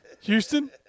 Houston